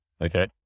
Okay